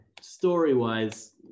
story-wise